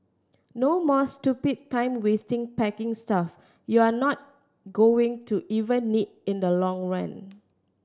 no more stupid time wasting packing stuff you're not going to even need in the long run